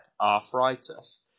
arthritis